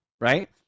right